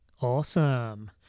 Awesome